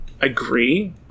agree